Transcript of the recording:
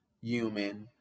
human